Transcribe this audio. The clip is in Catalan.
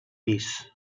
pis